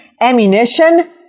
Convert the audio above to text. ammunition